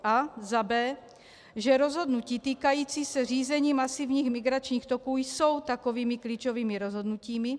b) že rozhodnutí týkající se řízení masivních migračních toků jsou takovými klíčovými rozhodnutími;